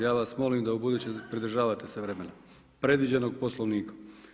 Ja vas molim da u buduće pridržavate se vremena predviđenog Poslovnikom.